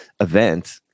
event